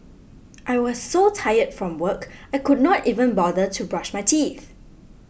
I was so tired from work I could not even bother to brush my teeth